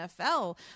NFL